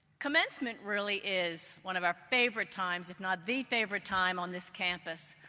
commencement really is one of our favorite times, if not the favorite time on this campus.